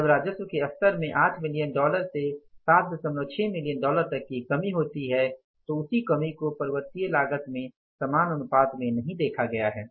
जब राजस्व के स्तर में 8 मिलियन डॉलर से 76 मिलियन डॉलर तक की कमी होती है तो उसी कमी को परिवर्तनीय लागत में समान अनुपात में नहीं देखा गया है